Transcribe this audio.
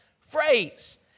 phrase